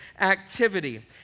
activity